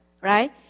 right